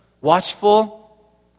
watchful